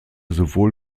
sowohl